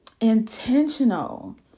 intentional